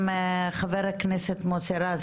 חבר הכנסת מוסי רז,